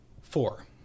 four